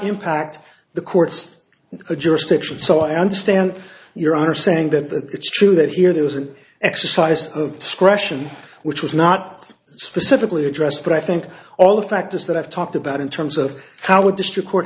impact the court's jurisdiction so i understand your are saying that it's true that here there was an exercise of discretion which was not specifically addressed but i think all the factors that i've talked about in terms of how a district court